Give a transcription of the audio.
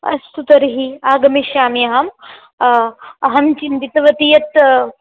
अस्तु तर्हि आगमिष्यामि अहम् अहं चिन्तितवती यत्